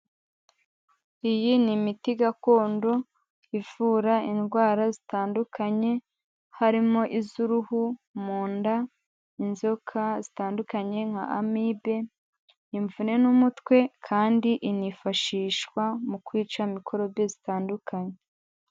Iyi ni imiti gakondo ivura indwara zitandukanye harimo iz'uruhu, mu nda, inzoka zitandukanye nka amibe, imvune n'umutwe kandi inifashishwa mu kwica mikorobe zitandukanye.